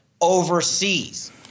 overseas